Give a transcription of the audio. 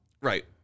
Right